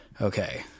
okay